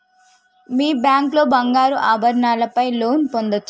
మీ bank లో బంగారు ఆభరణాల పై లోన్ పొందచ్చా?